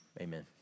amen